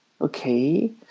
okay